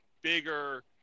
bigger